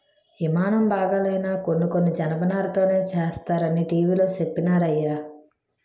యిమానం బాగాలైనా కొన్ని కొన్ని జనపనారతోనే సేస్తరనీ టీ.వి లో చెప్పినారయ్య